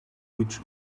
which